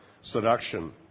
seduction